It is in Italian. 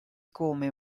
come